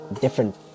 different